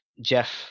Jeff